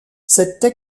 cette